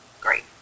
Great